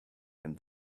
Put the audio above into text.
and